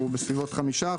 הוא בסביבות 5%,